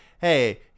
Hey